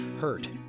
Hurt